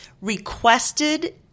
requested